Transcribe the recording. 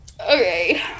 Okay